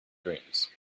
dreams